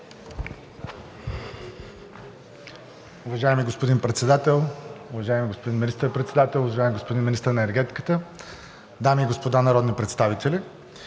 и господа народни представители!